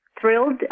thrilled